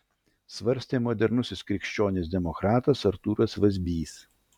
svarstė modernusis krikščionis demokratas artūras vazbys